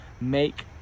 make